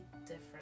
different